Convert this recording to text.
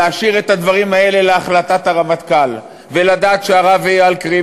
להשאיר את הדברים האלה להחלטת הרמטכ"ל ולדעת שהרב אייל קרים,